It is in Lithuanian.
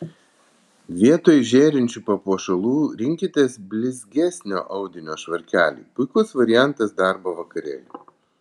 vietoj žėrinčių papuošalų rinkitės blizgesnio audinio švarkelį puikus variantas darbo vakarėliui